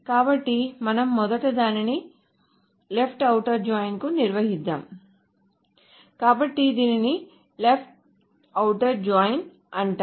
కాబట్టి మనం మొదట దానిని లెఫ్ట్ ఔటర్ జాయిన్ ను నిర్వచిద్దాము కాబట్టి దీనిని లెఫ్ట్ ఔటర్ జాయిన్అంటారు